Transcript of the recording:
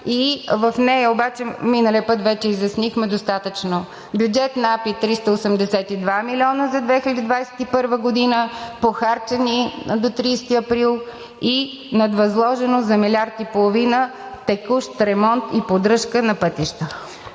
В нея обаче, миналия път вече изяснихме достатъчно, бюджет на АПИ – 382 милиона за 2021 г., похарчени до 30 април и надвъзложено за милиард и половина – текущ ремонт и поддръжка на пътища.